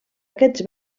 aquests